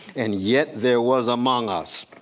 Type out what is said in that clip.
and yet there was among us